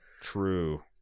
True